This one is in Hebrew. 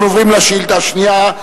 אנחנו עוברים לשאילתא השנייה,